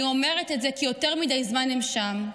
אני אומרת את זה כי יותר מדי זמן הם שם.